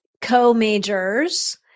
co-majors